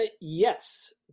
yes